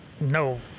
no